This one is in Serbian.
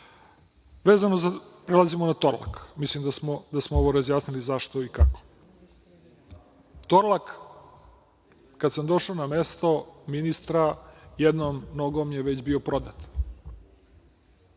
rada. Prelazimo na Torlak, mislim da smo ovo razjasnili zašto i kako. Torlak kada sam došao na mesto ministra je jednom nogom već bio prodat.